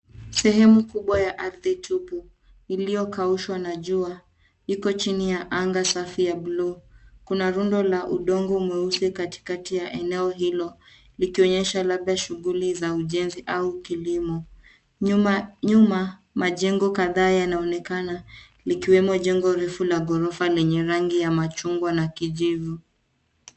Sehemu kubwa ya ardhi tupu iliyokaushwa na jua iko chini ya anga safi ya buluu. Kuna rundo la udongo mweusi kati kati ya eneo hilo likionyesha labda shughuli za ujenzi au kilimo. Nyuma majengo kadhaa yanaonekana likiwemo jengo refu na ghorofa lenye rangi ya machungwa na kijivu.